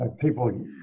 People